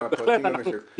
מה שכן אולי,